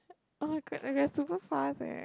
oh-my-god we are like super fast leh